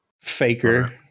faker